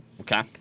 Okay